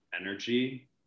energy